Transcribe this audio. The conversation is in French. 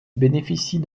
bénéficie